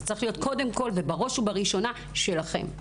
זה צריך להיות קודם כול ובראש ובראשונה שלכם.